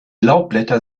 laubblätter